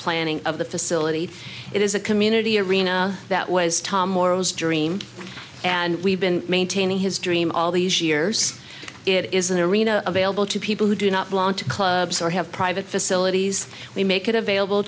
planning of the facility it is a community arena that was tom morrow's dream and we've been maintaining his dream all these years it is an arena available to people who do not belong to clubs or have private facilities we make it available